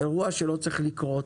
זה אירוע שלא צריך לקרות.